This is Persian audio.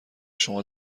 شما